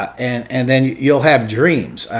and and then you'll have dreams.